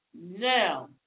Now